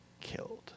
killed